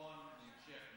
והביטחון להמשך דיון.